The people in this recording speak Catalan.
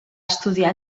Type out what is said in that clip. estudiar